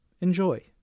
enjoy